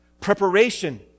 preparation